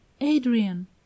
adrian